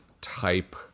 type